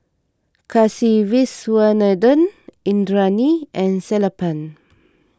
Kasiviswanathan Indranee and Sellapan